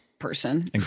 person